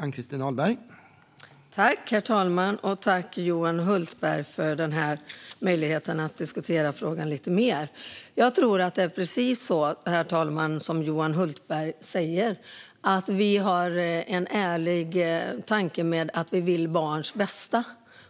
Herr talman! Tack, Johan Hultberg, för möjligheten att diskutera den här frågan lite mer! Herr talman! Precis som Johan Hultberg säger har vi en ärlig tanke att vi vill barn